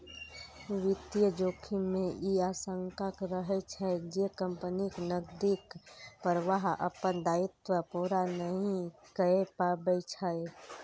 वित्तीय जोखिम मे ई आशंका रहै छै, जे कंपनीक नकदीक प्रवाह अपन दायित्व पूरा नहि कए पबै छै